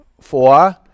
Four